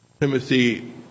Timothy